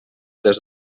des